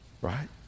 right